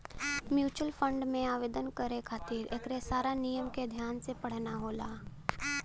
mutual fund में आवेदन करे खातिर एकरे सारा नियम के ध्यान से पढ़ना होला